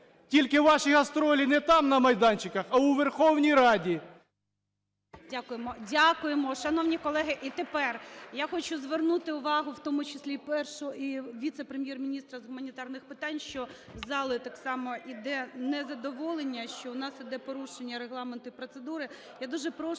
Тільки ваші "гастролі" не там на майданчиках, а у Верховній Раді.